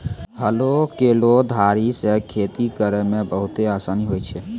हलो केरो धारी सें खेती करै म बहुते आसानी होय छै?